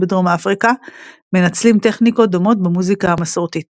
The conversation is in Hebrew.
בדרום אפריקה מנצלים טכניקות דומות במוזיקה המסורתית.